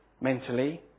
mentally